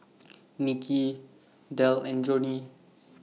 Niki Delle and Joni